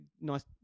nice